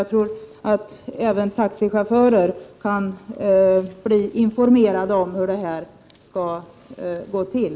Jag tror att även taxichaufförer i sinom tid kan informeras om hur det här skall gå till.